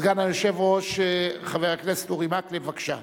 סגן היושב-ראש חבר הכנסת אורי מקלב, בבקשה.